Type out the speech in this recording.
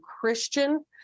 Christian